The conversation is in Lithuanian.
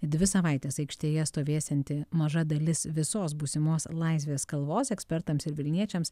dvi savaites aikštėje stovėsianti maža dalis visos būsimos laisvės kalvos ekspertams ir vilniečiams